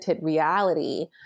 reality